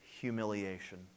humiliation